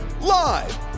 Live